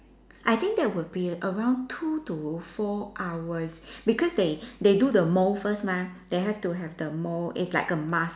I think that will be around two to four hours because they they do the mold first mah they have to have the mold it's like a mask